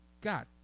God